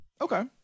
Okay